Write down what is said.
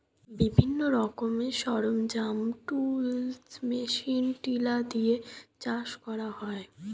বিভিন্ন রকমের সরঞ্জাম, টুলস, মেশিন টিলার দিয়ে চাষ করা হয়